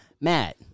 Matt